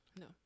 No